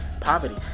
Poverty